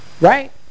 right